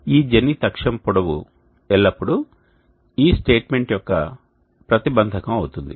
ఈ జెనిత్ అక్షం పొడవు ఎల్లప్పుడూ ఈ స్టేట్మెంట్ యొక్క ప్రతిబంధకం అవుతుంది